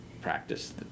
practice